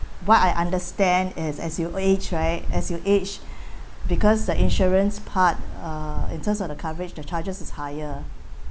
what I understand is as you age right as you age because the insurance part uh in terms of the coverage the charges is higher